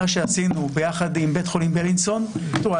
מה שעשינו יחד עם בית חולים בלינסון -- תראו,